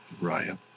Ryan